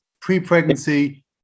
pre-pregnancy